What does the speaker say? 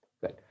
Good